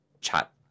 chat